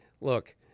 look